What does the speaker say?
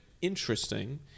interesting